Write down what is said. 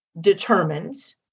determined